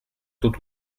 tôt